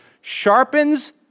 sharpens